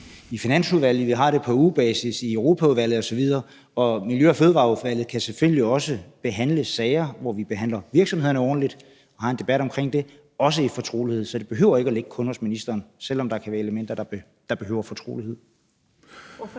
i Finansudvalget, vi har det på ugebasis i Europaudvalget osv. Og Miljø- og Fødevareudvalget kan selvfølgelig også behandle sager, hvor vi behandler virksomhederne ordentligt, og hvor vi har en debat omkring det, også i fortrolighed. Så det behøver ikke kun at ligge hos ministeren, når der er elementer, der behøver at blive